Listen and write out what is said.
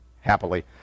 happily